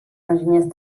enginyers